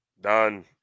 Done